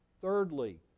Thirdly